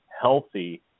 healthy